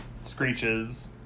screeches